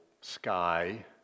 sky